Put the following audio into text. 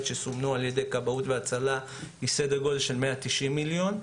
שסומנו על ידי כבאות והצלה היא כ-190 מיליון.